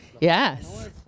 Yes